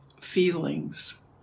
feelings